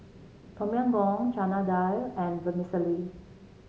Tom Yam Goong Chana Dal and Vermicelli